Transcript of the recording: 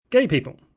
gay people,